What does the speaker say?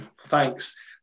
thanks